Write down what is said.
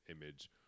image